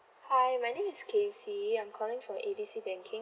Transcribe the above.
hi my name is kacey I'm calling from A B C banking